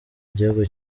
igihugu